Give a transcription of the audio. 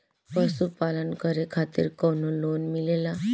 पशु पालन करे खातिर काउनो लोन मिलेला?